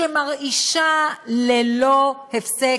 שמרעישה ללא הפסק.